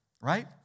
Right